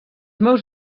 meus